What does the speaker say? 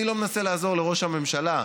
אני לא מנסה לעזור לראש הממשלה,